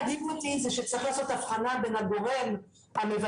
מה שמדאיג אותי זה שצריך לעשות הבחנה בין הגורם המבצע,